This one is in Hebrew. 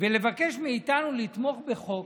ולבקש מאיתנו לתמוך בחוק